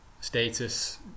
status